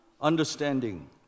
understanding